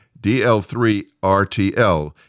DL3RTL